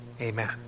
Amen